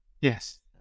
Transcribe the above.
Yes